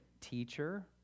teacher